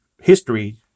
history